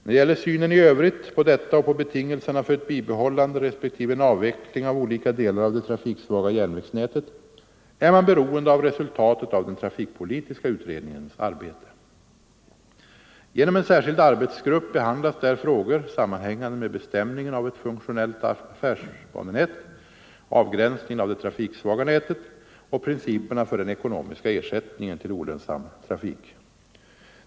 När det gäller synen i övrigt på detta och på betingelserna för ett bibehållande respektive en avveckling av olika delar av det trafiksvaga järnvägsnätet är man beroende av resultatet av den trafikpolitiska utredningens arbete. Genom en särskild arbetsgrupp behandlas där frågor sammanhängande med bestämningen av ett funktionellt affärsbanenät, avgränsningen av det trafiksvaga nätet och principerna för den ekonomiska ersättningen till olönsam trafik.